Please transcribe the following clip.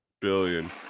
billion